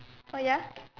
oh ya